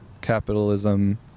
capitalism